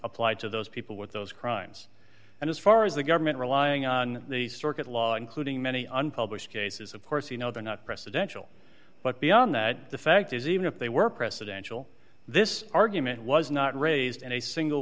applied to those people with those crimes and as far as the government relying on the circuit law including many unpublished cases of course you know they're not precedential but beyond that the fact is even if they were presidential this argument was not raised in a single